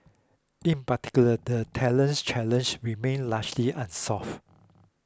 in particular the talent challenge remain largely unsolved